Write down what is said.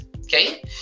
Okay